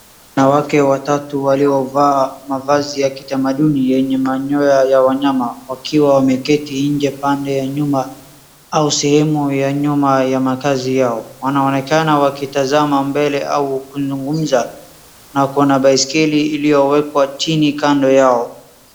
Wanawake watatu waliovaa mavazi ya kitamanduni yenye manyoya ya wanyama wakiwa wameketi nje pande ya nyuma au sehemu ya nyuma ya makazi yao. Wanaonekana wakitazama mbele au kuzungumza na kuna baiskeli iliowekwa chini kando yao.